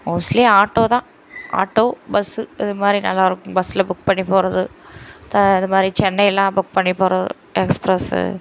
mostly auto தான் auto bus இது மாதிரி நல்லாயிருக்கும் பஸ்ஸில் புக் பண்ணி போகிறது த இது மாதிரி சென்னை எல்லாம் புக் பண்ணி போகிறது எக்ஸ்ப்ரெஸ்ஸு